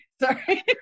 Sorry